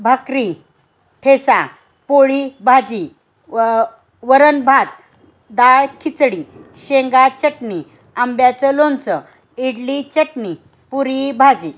भाकरी ठेचा पोळी भाजी व वरण भात डाळ खिचडी शेंगा चटणी आंब्याचं लोणचं इडली चटणी पुरीभाजी